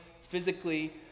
physically